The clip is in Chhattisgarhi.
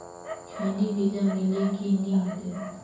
खैनी बिजा मिले कि नी मिले?